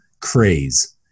craze